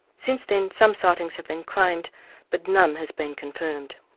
since then some sightings have been claimed but none has been confirmed.